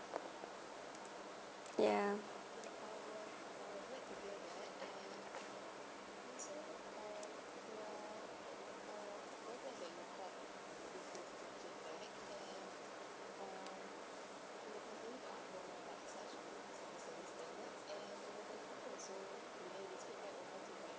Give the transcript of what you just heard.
yeah